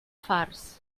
fars